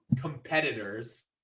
competitors